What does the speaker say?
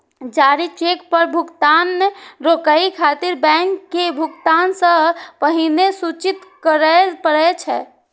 जारी चेक पर भुगतान रोकै खातिर बैंक के भुगतान सं पहिने सूचित करय पड़ै छै